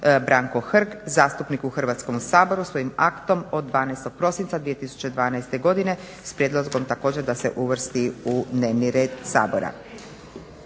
Branko Hrg zastupnik u Hrvatskom saboru svojim aktom od 12. prosinca 2012. godine s prijedlogom također da se uvrsti u dnevni red Sabora.